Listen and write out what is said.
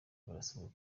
barasabwa